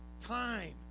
time